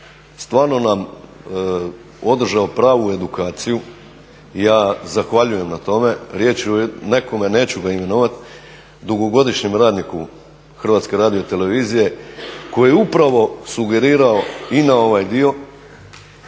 stvarno nam održao pravu edukaciju i ja zahvaljujem na tome, riječ je o nekome, neću ga imenovati, dugogodišnjem radniku HRT-a koji je upravo sugerirao i na ovaj dio